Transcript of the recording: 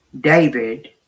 David